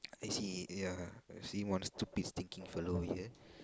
I see ya I see one stupid stinky fellow here